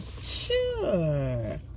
Sure